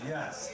Yes